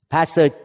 Pastor